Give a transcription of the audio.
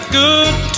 good